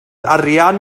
arian